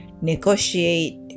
negotiate